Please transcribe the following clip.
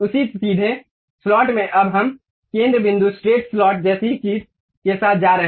उसी सीधे स्लॉट में अब हम केंद्र बिंदु स्ट्रेट स्लॉट जैसी चीज के साथ जा रहे हैं